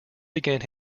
began